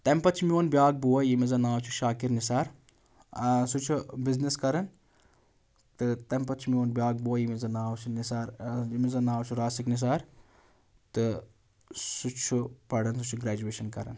تَمہِ پَتہٕ چھِ میون بیٛاکھ بوے ییٚمِس زَن ناو چھُ شاکر نثار سُہ چھِ بِزنٮ۪س کَران تہٕ تَمہِ پَتہٕ چھُ میون بیٛاکھ بوے ییٚمِس زَن ناو چھُ نثار ییٚمِس زَن ناو چھُ راسک نثار تہٕ سُہ چھُ پَران سُہ چھُ گرٛیجویشَن کَران